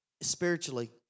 spiritually